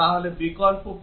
তাহলে বিকল্প কি